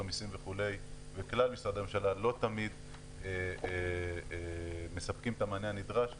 המסים וכלל משרדי הממשלה לא תמיד מספקים את המענה הנדרש,